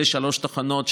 אלה שלוש תחנות,